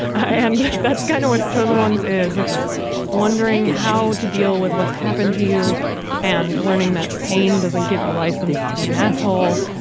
and that's kind of what the chosen ones is. it's wondering how to deal with what's happened to you and learning that pain doesn't give you license to be an asshole.